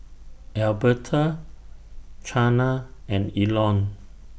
Alberta Chana and Elon